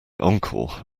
uncle